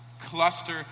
cluster